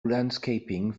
landscaping